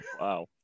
Wow